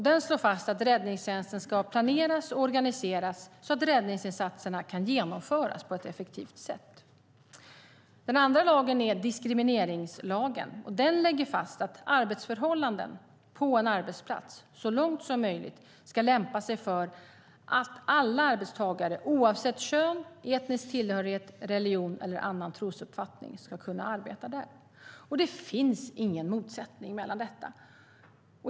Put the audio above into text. Den slår fast att räddningstjänsten ska planeras och organiseras så att räddningsinsatserna kan genomföras på ett effektivt sätt. Den andra lagen är diskrimineringslagen. Den lägger fast att arbetsförhållanden på en arbetsplats så långt som möjligt ska lämpa sig för att alla arbetstagare, oavsett kön, etnisk tillhörighet, religion eller annan trosuppfattning, ska kunna arbeta där. Det finns ingen motsättning mellan detta.